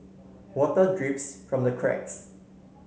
water drips from the cracks